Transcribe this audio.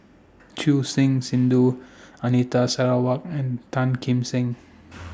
Choor Singh Sidhu Anita Sarawak and Tan Kim Seng